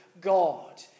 God